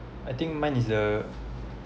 I think mine is the